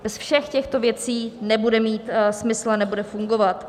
Bez všech těchto věcí nebude mít smysl a nebude fungovat.